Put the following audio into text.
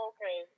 Okay